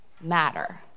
matter